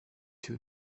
two